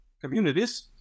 communities